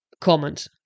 comment